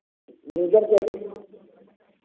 leather के